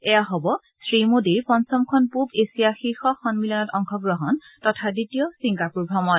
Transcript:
এয়া হ'ব শ্ৰীমোদীৰ পঞ্চমখন পূব এছিয়া শীৰ্ষ সম্মিলনত অংশ গ্ৰহণ তথা দ্বিতীয় ছিংগাপুৰ ভ্ৰমণ